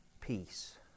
Peace